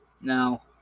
Now